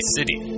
City